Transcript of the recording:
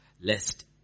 lest